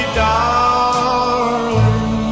darling